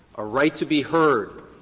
a right to be heard,